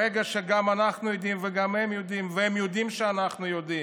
ברגע שגם אנחנו יודעים וגם הם יודעים והם יודעים שאנחנו יודעים,